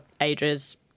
ages